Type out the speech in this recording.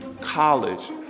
College